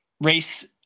race